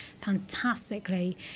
fantastically